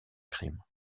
crime